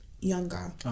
younger